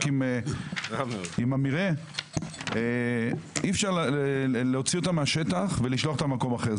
עם המרעה אי-אפשר להוציא אותו מהשטח ולשלוח אותו למקום אחר.